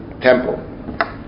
temple